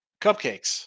cupcakes